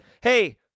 hey